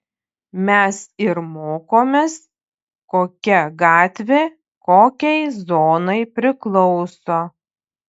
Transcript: mes ir mokomės kokia gatvė kokiai zonai priklauso